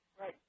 Right